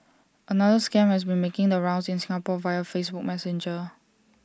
another scam has been making the rounds in Singapore via Facebook Messenger